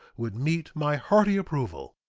would meet my hearty approval.